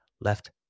left